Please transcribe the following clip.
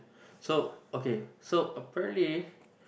so okay so apparently